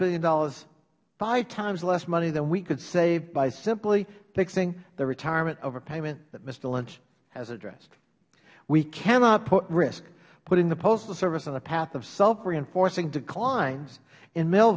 billion five times less money than we could save by simply fixing the retirement overpayment that mister lynch has addressed we cannot put risk putting the postal service on the path of self reinforcing declines in mail